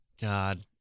God